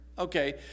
Okay